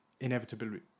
inevitably